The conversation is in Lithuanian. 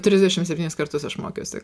trisdešimt septynis kartus aš mokiausi